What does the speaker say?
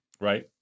Right